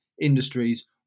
industries